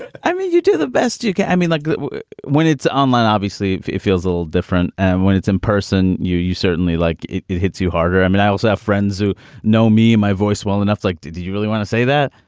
i mean you do the best you can i mean like when it's online obviously it feels all different and when it's in person you you certainly like it it hits you harder. i mean i also have friends who know me my voice well enough like do do you really want to say that.